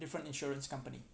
different insurance company